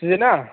सिजोना